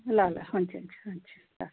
ल ल हुन्छ हुन्छ हुन्छ ल ल